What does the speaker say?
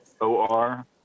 O-R